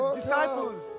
disciples